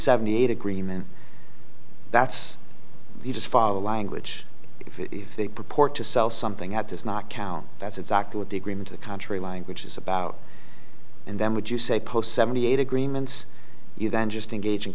seventy eight agreement that's the just follow language if they purport to sell something at does not count that's exactly what the agreement a country language is about and then would you say post seventy eight agreements you then just engag